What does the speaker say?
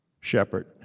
shepherd